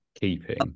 keeping